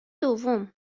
دوم